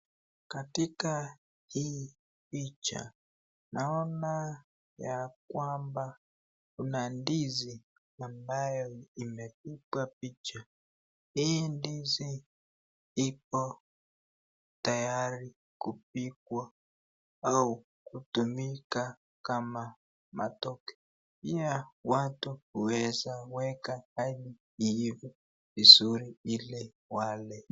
Katika hii picha naona ya kwamba kuna ndizi ambayo imepigwa picha. Hii ndizi ipo tayari kupikwa au kutumika kama matoke. Pia watu huweza weka adi iive vizuri ili wale.